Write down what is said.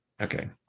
okay